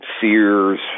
Sears